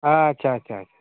ᱟᱪᱪᱷᱟ ᱟᱪᱪᱷᱟ